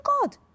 God